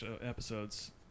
Episodes